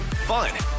Fun